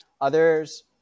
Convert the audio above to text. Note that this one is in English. Others